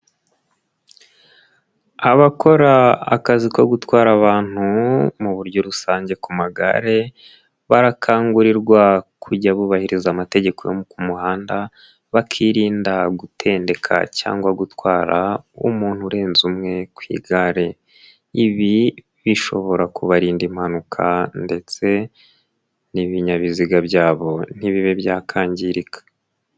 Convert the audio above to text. Abakora akazi ko gutwara abantu mu buryo rusange ku magare barakangurirwa kujya bubahiriza amategeko yo ku muhanda bakirinda gutendeka cyangwa gutwara umuntu urenze umwe ku igare, ibi bishobora kubarinda impanuka ndetse n'ibinyabiziga byabo ntibibe byakangirika.